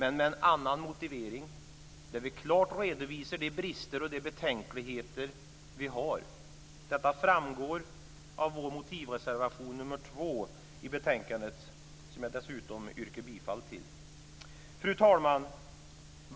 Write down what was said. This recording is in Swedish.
Vi har en annan motivering, där vi klart redovisar de brister som finns och de betänkligheter vi har. Detta framgår av vår motivreservation, nr 2 i betänkandet, som jag dessutom yrkar bifall till. Fru talman!